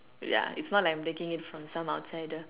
ya it's not like I'm taking it from some outsider